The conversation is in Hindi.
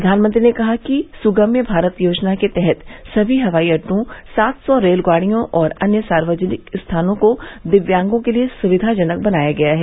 प्रधानमंत्री ने कहा कि सुगम्य भारत योजना के तहत सभी हवाई अड्डों सात सौ रेलगाड़ियों और अन्य सार्वजनिक स्थानों को दिव्यांगों के लिए सुविधाजनक बनाया गया है